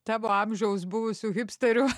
tavo amžiaus buvusių hipsterių